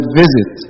visit